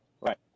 Right